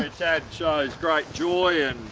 tad shows great joy and.